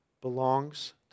belongs